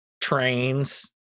trains